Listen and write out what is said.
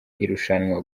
irushanwa